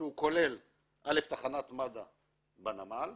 שכולל תחנת מד"א בנמל,